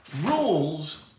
Rules